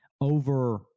Over